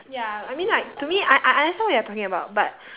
ya I mean like to me I I understand what you're talking about but